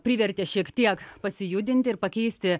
privertė šiek tiek pasijudinti ir pakeisti